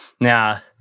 Now